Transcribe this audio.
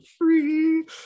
free